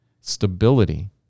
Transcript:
stability